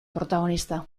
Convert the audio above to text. protagonista